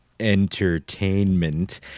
entertainment